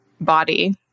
body